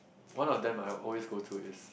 one of them I always go to is